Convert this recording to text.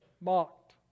mocked